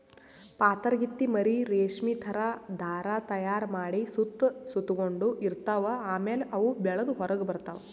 ಪಾತರಗಿತ್ತಿ ಮರಿ ರೇಶ್ಮಿ ಥರಾ ಧಾರಾ ತೈಯಾರ್ ಮಾಡಿ ಸುತ್ತ ಸುತಗೊಂಡ ಇರ್ತವ್ ಆಮ್ಯಾಲ ಅವು ಬೆಳದ್ ಹೊರಗ್ ಬರ್ತವ್